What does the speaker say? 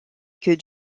que